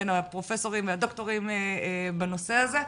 בין הפרופסורים והדוקטורים בנושא הזה.